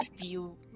view